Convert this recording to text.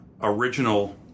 original